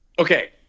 Okay